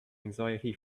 anxiety